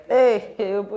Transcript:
Hey